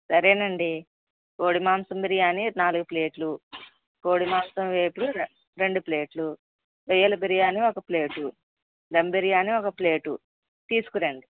సరే అండి కోడిమాంసం బిర్యానీ నాలుగు ప్లేట్లు కోడిమాంసం వేపుడు రెండు ప్లేట్లు రొయ్యల బిర్యానీ ఒక ప్లేటు ధమ్ బిర్యానీ ఒక ప్లేటు తీసుకురండి